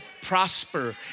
prosper